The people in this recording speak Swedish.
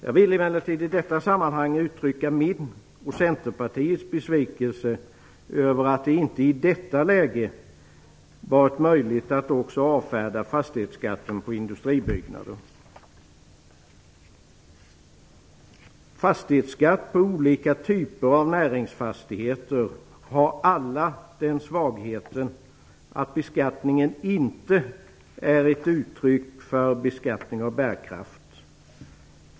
Jag vill emellertid i detta sammanhang uttrycka min och Centerpartiets besvikelse över att det inte i detta läge har varit möjligt att också avfärda fastighetsskatten på industribyggnader. Fastighetsskatt på olika typer av näringsfastigheter har alla den svagheten att beskattningen inte är ett uttryck för beskattning av bärkraft.